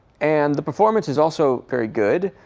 and the performance is also very good.